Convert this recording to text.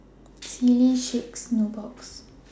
Sealy Schick and Nubox